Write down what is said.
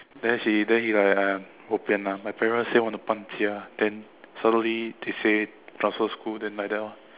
then he then he like !aiya! bo pian my parents say want to 搬家 then suddenly they said transfer school then like that orh